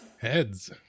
Heads